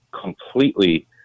completely